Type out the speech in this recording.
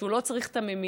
כשהוא לא צריך את המימייה,